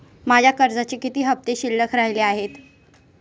माझ्या कर्जाचे किती हफ्ते शिल्लक राहिले आहेत?